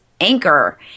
Anchor